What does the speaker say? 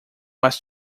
was